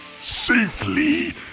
...safely